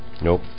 Nope